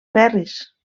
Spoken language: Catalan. ferris